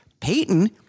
peyton